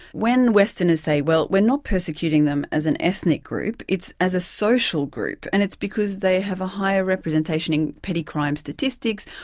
when westerners say well we're not persecuting them as an ethnic group, it's as a social group, and it's because they have a higher representation in petty crime statistics,